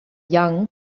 young